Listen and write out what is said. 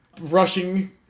rushing